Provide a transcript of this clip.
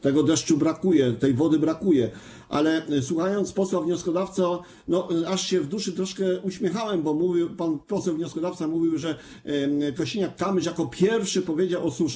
Tego deszczu brakuje, tej wody brakuje, ale, słuchając posła wnioskodawcy, aż się w duchu troszkę uśmiechałem, bo pan poseł wnioskodawca mówił, że Kosiniak-Kamysz jako pierwszy powiedział o suszy.